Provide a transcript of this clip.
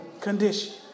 condition